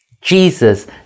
Jesus